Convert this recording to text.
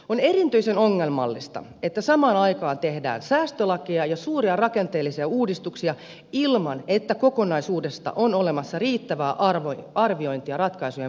on erityisen ongelmallista että samaan aikaan tehdään säästölakeja ja suuria rakenteellisia uudistuksia ilman että on olemassa riittävää arviointia ratkaisujen vaikutuksista ja kokonaisuudesta